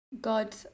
God